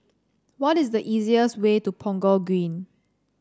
what is the easiest way to Punggol Green